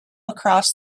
across